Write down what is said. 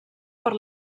per